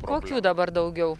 kokių dabar daugiau